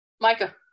micah